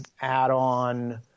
add-on